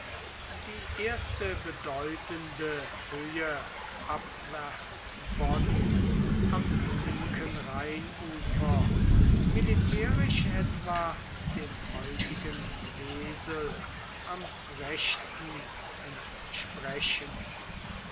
die erste bedeutende höhe abwärts bonn am linken rheinufer militärisch etwa dem heutigen wesel am rechten entsprechend